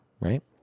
right